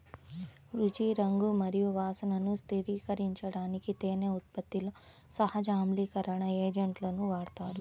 రుచి, రంగు మరియు వాసనను స్థిరీకరించడానికి తేనె ఉత్పత్తిలో సహజ ఆమ్లీకరణ ఏజెంట్లను వాడతారు